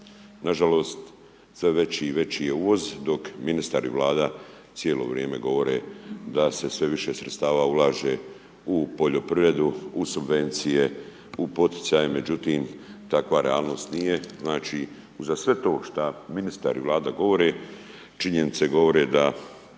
Nažalost, sve veći i veći je uvoz, dok ministar i Vlada cijelo vrijeme govore da se sve više sredstava ulaže u poljoprivredu, u subvencije, u poticaje, međutim, takva realnost nije. Znači, uza sve to šta ministar i Vlada govore, činjenice govore da